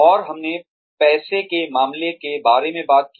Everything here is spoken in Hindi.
और हमने पैसे के मामलों के बारे में बात की